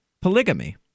polygamy